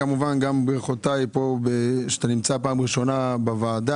כמובן גם ברכותיי פה כשאתה נמצא פעם ראשונה בוועדה,